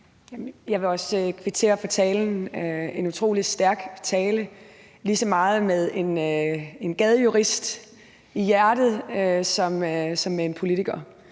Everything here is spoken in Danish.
Jeg vil også kvittere for talen. Det var en utrolig stærk tale, lige så meget med en Gadejurist i hjertet som en politiker.